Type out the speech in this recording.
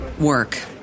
work